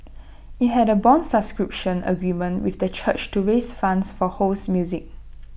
IT had A Bond subscription agreement with the church to raise funds for Ho's music